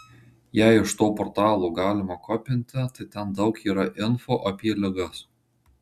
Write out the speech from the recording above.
jei iš to portalo galima kopinti tai ten daug yra info apie ligas